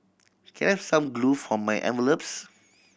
can I've some glue for my envelopes